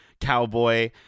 cowboy